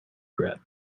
bread